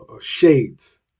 shades